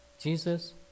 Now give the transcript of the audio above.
Jesus